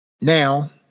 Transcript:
Now